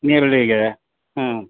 ಈರುಳ್ಳಿಗೆ ಹ್ಞೂ